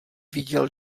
viděl